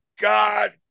God